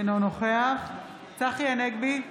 אינו נוכח צחי הנגבי,